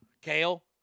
Kale